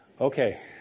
Okay